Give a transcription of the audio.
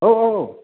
औ औ औ